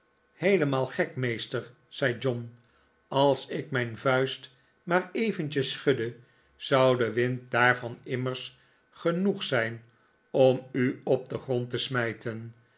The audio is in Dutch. heelemaal gek meester zei john als ik mijn vuist maar eventjes schudde zou de wind daarvan immers genoeg zijn om u op den grond te smijten